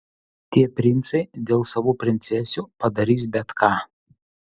tie princai dėl savų princesių padarys bet ką